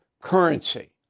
currency